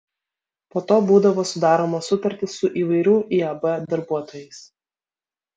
po to būdavo sudaromos sutartys su įvairių iab darbuotojais